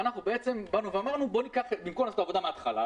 אנחנו אמרנו: במקום לעשות את העבודה מן ההתחלה,